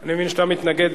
אני מבין שאתה מתנגד.